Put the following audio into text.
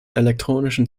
elektronischen